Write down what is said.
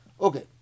Okay